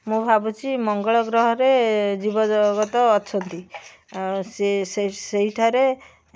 ମୁଁ ଭାବୁଛି ମଙ୍ଗଳ ଗ୍ରହରେ ଜୀବ ଜଗତ ଅଛନ୍ତି ଆଉ ସେହିଠାରେ